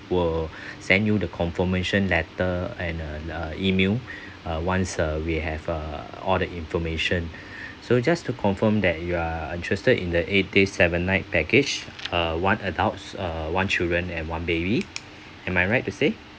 will send you the confirmation letter and uh the email uh once uh we have uh all the information so just to confirm that you are interested in the eight days seven night package uh one adults uh one children and one baby am I right to say